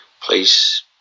please